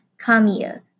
Kamiya